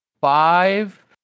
five